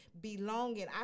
belonging